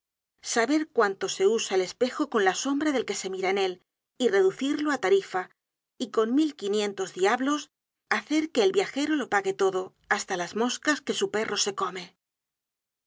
saber cuánto se usa el espejo con la sombra del que se mira en él y reducirlo á tarifa y con quinientos mil diablos hacer que el viajero lo pague todo hasta las moscas que su perro se come